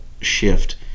shift